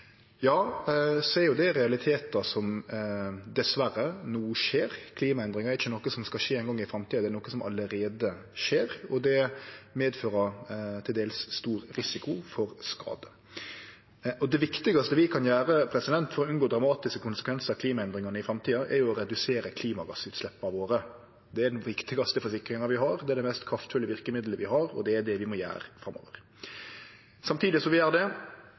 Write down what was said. realitetar som dessverre skjer no. Klimaendringar er ikkje noko som skal skje ein gong i framtida, det er noko som allereie skjer, og det medfører til dels stor risiko for skade. Det viktigaste vi kan gjere for å unngå dramatiske konsekvensar av klimaendringane i framtida, er å redusere klimagassutsleppa våre. Det er den viktigaste forsikringa vi har, det er det mest kraftfulle verkemiddelet vi har, og det er det vi må gjere framover. Samtidig som vi gjer det,